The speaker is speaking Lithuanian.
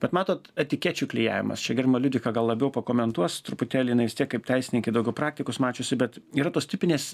bet matot etikečių klijavimas čia gerbiama liudvika gal labiau pakomentuos truputėlį jinai vis tiek kaip teisininkė daugiau praktikos mačiusi bet yra tos tipinės